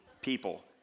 people